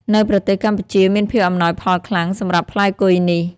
នៅប្រទេសកម្ពុជាមានភាពអំណោយផលខ្លាំង សម្រាប់ផ្លែគុយនេះ។